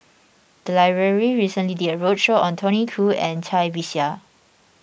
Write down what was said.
the library recently did a roadshow on Tony Khoo and Cai Bixia